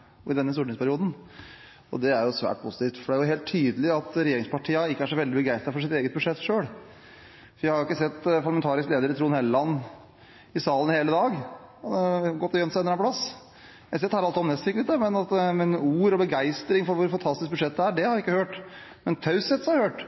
regjeringen i denne stortingsperioden, og det er svært positivt, for det er helt tydelig at regjeringspartiene ikke er så veldig begeistret for sitt eget budsjett selv. Vi har ikke sett parlamentarisk leder Trond Helleland i salen i hele dag. Han må ha gått og gjemt seg et eller annet sted. Jeg ser at Harald Tom Nesvik sitter her, men noen ord om eller noen begeistring over hvor fantastisk budsjettet er, har vi ikke hørt. Men taushet har vi hørt.